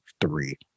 three